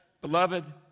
Beloved